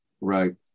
Right